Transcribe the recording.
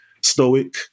Stoic